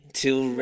till